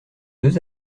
deux